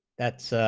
that's